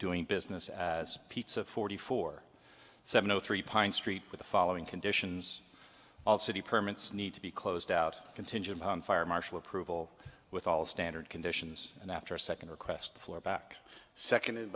doing business as pizza forty four seven zero three pine street with the following conditions all city permits need to be closed out contingent on fire marshal approval with all standard conditions and after a second request for back second